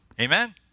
Amen